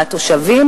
והתושבים,